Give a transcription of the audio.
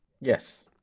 Yes